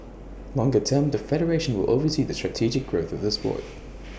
longer term the federation will oversee the strategic growth of the Sport